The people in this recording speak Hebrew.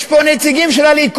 יש פה נציגים של הליכוד